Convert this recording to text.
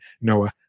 Noah